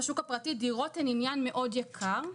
בשוק הפרטי דירות הן עניין מאוד יקר,